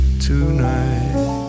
tonight